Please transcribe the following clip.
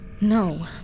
no